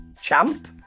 champ